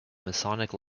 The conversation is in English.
masonic